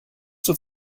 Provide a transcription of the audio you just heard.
zur